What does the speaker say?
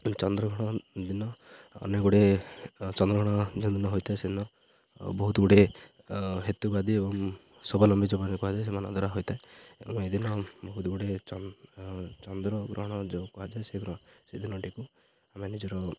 ଚନ୍ଦ୍ର ଗ୍ରହଣ ଦିନ ଅନେକ ଗୁଡ଼ିଏ ଚନ୍ଦ୍ର ଗ୍ରହଣ ଯେଉଁ ଦିନ ହୋଇଥାଏ ସେଦିନ ବହୁତ ଗୁଡ଼ିଏ ହେତୁବାଦୀ ଏବଂ ସ୍ୱାବଲମ୍ବୀ ଯୋଉମାନେ କୁହାଯାଏ ସେମାନଙ୍କ ଦ୍ୱାରା ହୋଇଥାଏ ଏବଂ ଏଦିନ ବହୁତ ଗୁଡ଼ିଏ ଚନ୍ଦ୍ର ଗ୍ରହଣ ଯୋଉ କୁହାଯାଏ ସେ ସେଦିନଟିକୁ ଆମେ ନିଜର